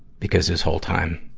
because this whole time,